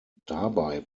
dabei